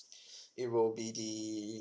it will be the